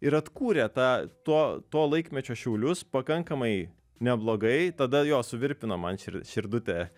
ir atkūrė tą to to laikmečio šiaulius pakankamai neblogai tada jo suvirpino man šir širdutę